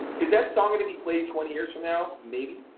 is that song going to be played twenty years from now? maybe?